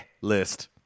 list